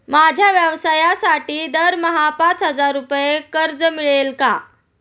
माझ्या व्यवसायासाठी दरमहा पाच हजार रुपये कर्ज मिळेल का?